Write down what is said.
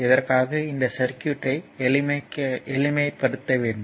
இதற்காக இந்த சர்க்யூட்யை எளிமைப்படுத்தப்படும்